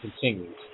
continues